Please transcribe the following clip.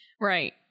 Right